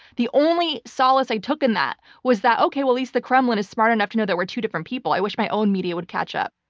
the only solace i took in that was that, okay, well, at least the kremlin is smart enough to know that we're two different people. i wish my own media would catch up.